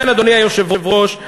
אדוני היושב-ראש,